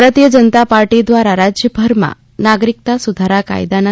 ભારતીય જનતા પાર્ટી દ્રારા રાજયભરમાં નાગરિકત્વ સુધારા કાયદાના